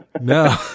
No